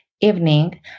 evening